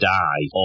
die